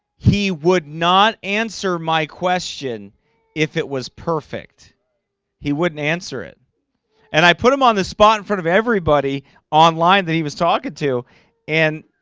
he would not answer my question if it was perfect he wouldn't answer it and i put him on the spot in front of everybody online that he was talking to and